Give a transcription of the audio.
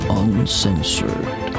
uncensored